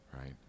right